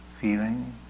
feeling